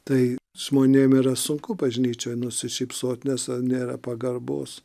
tai žmonėm yra sunku bažnyčioj nusišypsot nes nėra pagarbos